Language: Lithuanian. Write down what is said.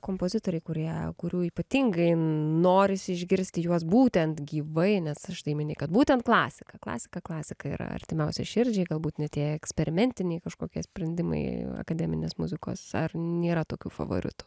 kompozitoriai kurie kurių ypatingai norisi išgirsti juos būtent gyvai nes štai mini kad būtent klasika klasika klasika yra artimiausia širdžiai galbūt net jei eksperimentiniai kažkokie sprendimai akademinės muzikos ar nėra tokių favoritų